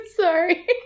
sorry